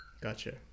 Gotcha